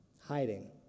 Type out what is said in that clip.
hiding